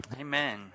Amen